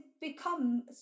become